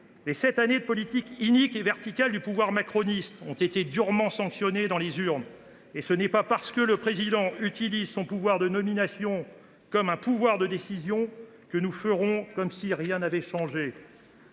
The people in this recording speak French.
les sept années de politiques iniques et verticales du pouvoir macroniste ont été durement sanctionnées dans les urnes. Ce n’est pas parce que le Président utilise son pouvoir de nomination comme un pouvoir de décision que nous ferons comme si rien n’avait changé.